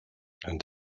and